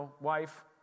wife